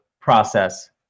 process